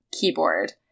keyboard